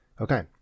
Okay